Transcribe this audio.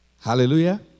hallelujah